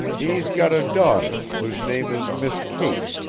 he's got a daughter, whose name is miss kate,